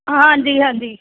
ਹਾਂਜੀ ਹਾਂਜੀ